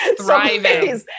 Thriving